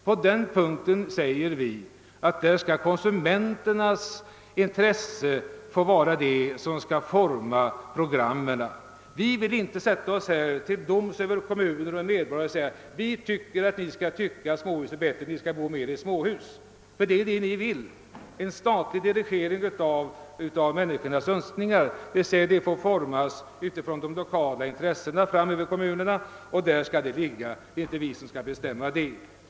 På denna punkt säger vi att konsumenternas önskningar skall forma programmen. Vi vill inte sätta oss till doms över kommuner och medborgare och säga: »Vi tycker att ni skall tycka att småhus är bättre; ni skall bo mer i småhus, ty det är det vi vill.» Vi vill inte ha en statlig dirigering av människornas önskningar. Deras önskningar får formas utifrån de lokala intressena över kommunerna. Det är inte vi som skall bestämma.